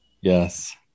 Yes